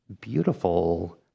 beautiful